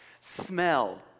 smell